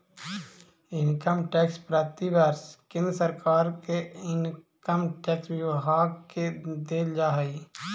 income tax प्रतिवर्ष केंद्र सरकार के इनकम टैक्स विभाग के देल जा हई